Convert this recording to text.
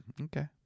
Okay